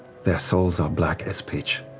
their souls are black as pitch.